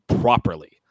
properly